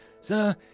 Sir